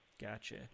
gotcha